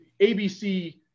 ABC